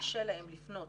שקשה להם לפנות